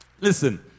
listen